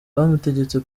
bamutegetse